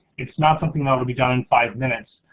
it's not something that will be done in five minutes.